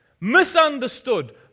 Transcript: misunderstood